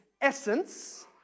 essence